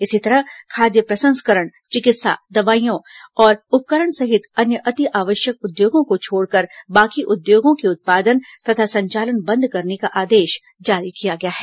इसी तरह खाद्य प्रसंस्करण चिकित्सा दवाइयों तथा उपकरण सहित अन्य अति आवश्यक उद्योगों को छोड़कर बाकी उद्योगों के उत्पादन तथा संचालन बंद करने का आदेश जारी किया गया है